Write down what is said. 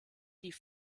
die